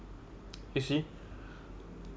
you see